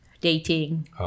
Dating